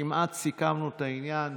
כמעט סיכמנו את העניין.